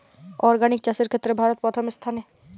organic চাষের ক্ষেত্রে ভারত প্রথম স্থানে